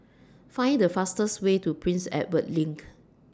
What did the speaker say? Find The fastest Way to Prince Edward LINK